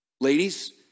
Ladies